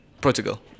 Portugal